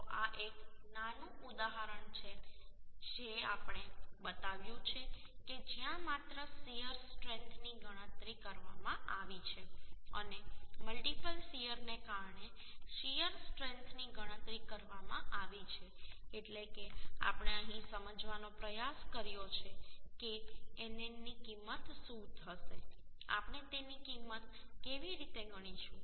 તો આ એક નાનું ઉદાહરણ છે જે આપણે બતાવ્યું છે કે જ્યાં માત્ર શીયર સ્ટ્રેન્થની ગણતરી કરવામાં આવી છે અને મલ્ટીપલ શીયર ને કારણે શીયર સ્ટ્રેન્થની ગણતરી કરવામાં આવી છે એટલે કે આપણે અહીં સમજવાનો પ્રયાસ કર્યો છે કે nn ની કિંમત શું હશે આપણે તેની કિંમત કેવી રીતે ગણીશું